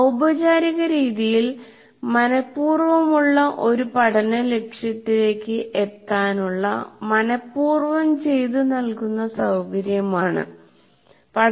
ഔപചാരിക രീതിയിൽ പറഞ്ഞാൽ ഒരു പഠന ലക്ഷ്യത്തിലേക്ക് എത്താനുള്ള മനഃപൂർവ്വം ചെയ്തു നൽകുന്ന സൌകര്യമാണ് ഇൻസ്ട്രക്ഷൻ